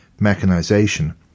mechanisation